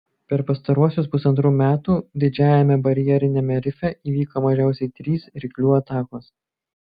per pastaruosius pusantrų metų didžiajame barjeriniame rife įvyko mažiausiai trys ryklių atakos